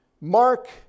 Mark